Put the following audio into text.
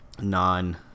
non